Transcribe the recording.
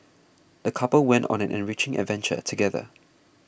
the couple went on an enriching adventure together